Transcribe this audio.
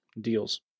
deals